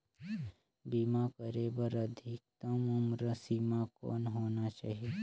बीमा करे बर अधिकतम उम्र सीमा कौन होना चाही?